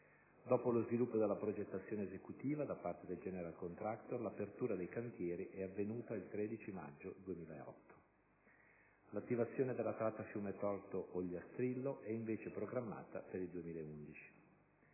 Dopo lo sviluppo della progettazione esecutiva da parte del *General Contractor*, l'apertura dei cantieri è avvenuta il 13 maggio 2008. L'attivazione della tratta Fiumetorto-Ogliastrillo è invece programmata per il 2011.